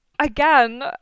Again